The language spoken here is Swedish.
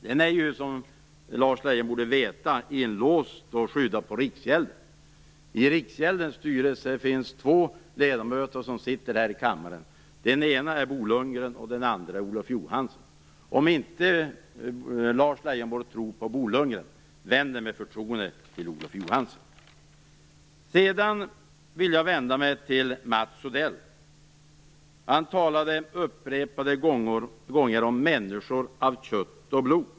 Den är, som Lars Leijonborg borde veta, inlåst och skyddad på Riksgälden. I Riksgäldens styrelse finns två ledamöter som sitter här i kammaren. Den ene är Bo Lundgren, den andre är Olof Johansson. Om inte Lars Leijonborg tror på Bo Lundgren, kan han med förtroende vända sig till Olof Nu vill jag vända mig till Mats Odell. Han talade upprepade gånger om människor av kött och blod.